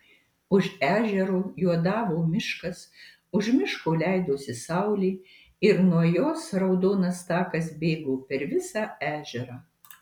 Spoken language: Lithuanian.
už ežero juodavo miškas už miško leidosi saulė ir nuo jos raudonas takas bėgo per visą ežerą